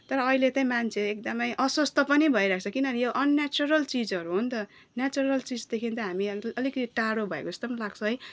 तर अहिले त मान्छे एकदमै अस्वस्थ्य पनि भइरहेको छ किनभने यो अननेचरल चिजहरू हो नि त नेचरल चिजदेखि त हामी अलिकति टाढो भएजस्तो पनि लाग्छ है